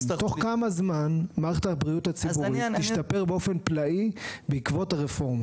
תוך כמה זמן מערכת הבריאות הציבורית תשתפר באופן פלאי בעקבות הרפורמה?